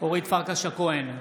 אורית פרקש הכהן,